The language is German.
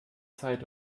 zeit